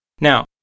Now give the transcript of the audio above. Now